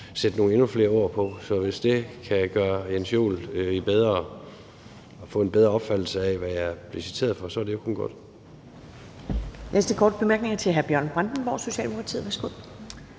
sætte endnu flere ord på, så hvis det kan give hr. Jens Joel en bedre opfattelse af det, jeg er blevet citeret for, så er det jo kun godt.